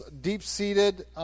deep-seated